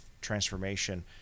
transformation